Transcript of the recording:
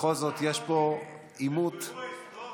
בכל זאת יש פה עימות, זה אירוע היסטורי.